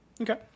Okay